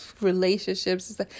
relationships